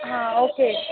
हा ओके